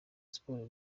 siporo